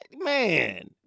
man